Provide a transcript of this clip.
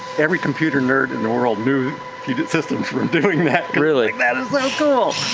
every computer nerd in the world knew puget systems from doing that, like that is so cool.